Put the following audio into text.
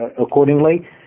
accordingly